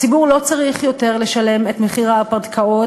הציבור לא צריך יותר לשלם את מחיר ההרפתקאות,